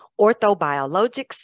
orthobiologics